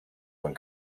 when